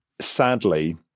sadly